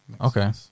Okay